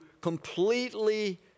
completely